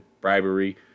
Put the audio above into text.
bribery